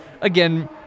Again